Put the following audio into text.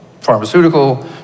pharmaceutical